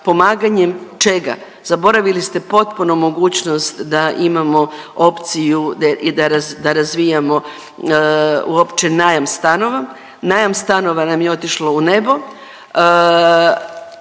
pomaganjem. Čega? Zaboravili ste potpuno mogućnost da imamo opciju i da razvijamo uopće najam stanova. Najam stanova nam je otišlo u nebo,